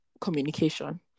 communication